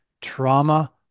Trauma